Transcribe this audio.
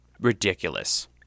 ridiculous